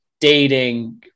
dating